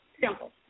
simple